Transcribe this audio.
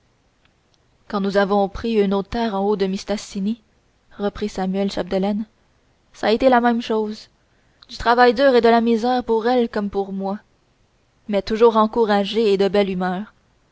quand nous avons pris une autre terre en haut de mistassini reprit samuel chapdelaine ç'a été la même chose du travail dur et de la misère pour elle comme pour moi mais toujours encouragée et de belle humeur